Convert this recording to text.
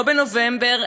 לא בנובמבר,